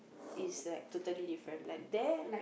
is like totally different like there